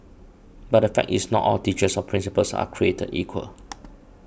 but the fact is not all teachers or principals are created equal